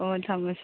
ꯑꯣ ꯊꯝꯃꯦ